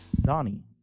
Donnie